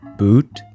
boot